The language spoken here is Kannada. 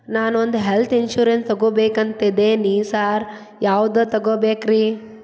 ನಾನ್ ಒಂದ್ ಹೆಲ್ತ್ ಇನ್ಶೂರೆನ್ಸ್ ತಗಬೇಕಂತಿದೇನಿ ಸಾರ್ ಯಾವದ ತಗಬೇಕ್ರಿ?